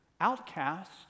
outcast